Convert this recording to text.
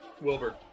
Wilbur